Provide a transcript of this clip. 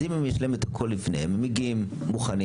אם יש להם את הכול לפני הם מגיעים מוכנים,